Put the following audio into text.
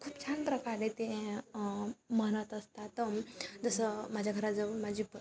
छान प्रकारे ते म्हणत असतात जसं माझ्या घराजवळ माझी प